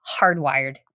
hardwired